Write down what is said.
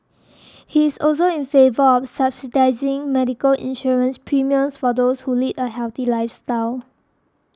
he is also in favour of subsidising medical insurance premiums for those who lead a healthy lifestyle